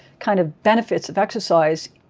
kind of benefits of exercise,